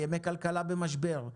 ימי כלכלה במשבר,